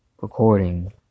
recording